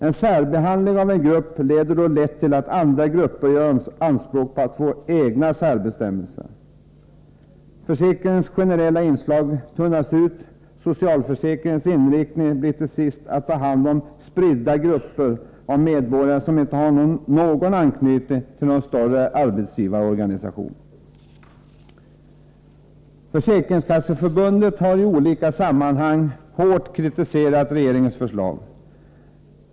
En särbehandling av en grupp leder lätt till att andra grupper gör anspråk på att få egna särbestämmelser. Försäkringens generella inslag tunnas ut, och socialförsäkringens inriktning blir till sist att ta hand om de spridda grupper av medborgare som inte har någon anknytning till en större arbetsgivarorganisation. Försäkringskasseförbundet har i olika sammanhang hårt kritiserat regeringens förslag.